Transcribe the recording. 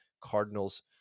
Cardinals